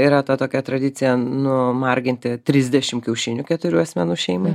yra ta tokia tradicija nu marginti trisdešim kiaušinių keturių asmenų šeimai